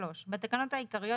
בתקנות העיקריות,